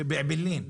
באעבלין.